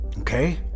Okay